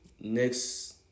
next